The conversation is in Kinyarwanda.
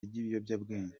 ry’ibiyobyabwenge